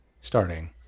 starting